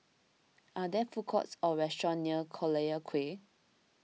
are there food courts or restaurants near Collyer Quay